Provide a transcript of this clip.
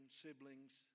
siblings